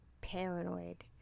paranoid